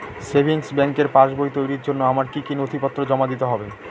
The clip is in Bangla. সেভিংস ব্যাংকের পাসবই তৈরির জন্য আমার কি কি নথিপত্র জমা দিতে হবে?